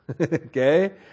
Okay